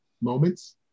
moments